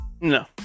No